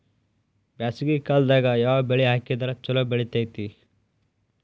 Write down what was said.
ಬ್ಯಾಸಗಿ ಕಾಲದಾಗ ಯಾವ ಬೆಳಿ ಹಾಕಿದ್ರ ಛಲೋ ಬೆಳಿತೇತಿ?